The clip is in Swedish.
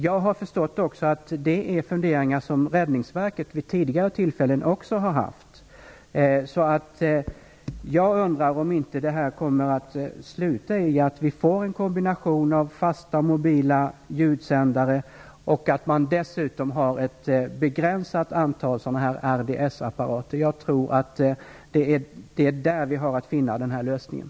Jag har också förstått att det är funderingar som Räddningsverket har haft vid tidigare tillfällen. Jag undrar om inte det här kommer att sluta med att vi får en kombination av fasta och mobila ljudsändare och att det kommer att finnas ett begränsat antal RDS-apparater. Jag tror att det är så en lösning kommer att se ut.